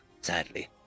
sadly